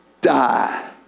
die